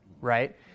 right